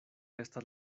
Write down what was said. estas